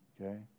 Okay